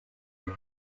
who